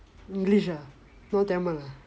english ah no tamil ah